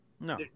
no